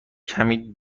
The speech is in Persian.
کمی